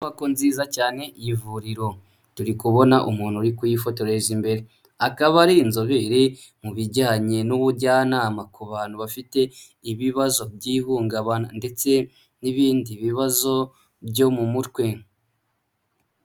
Inyubako nziza cyane y'ivuriro. Turi kubona umuntu uri kuyifotoreza imbere. Akaba ari inzobere mu bijyanye n'ubujyanama ku bantu bafite ibibazo by'ihungabana ndetse n'ibindi bibazo byo mu mutwe.